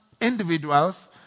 individuals